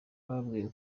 bababwiye